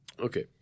Okay